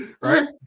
Right